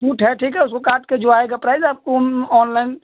छुट है ठीक है सूट काट कर जो आयेगा प्राइज़ आपको हम ओनलाइन